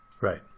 Right